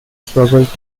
struggled